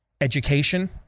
Education